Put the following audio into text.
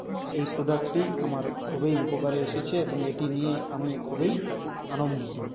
এই প্রোডাক্টটি আমার খুবই উপকারে এসেছে এবং এটি নিয়ে আমি খুবই আনন্দিত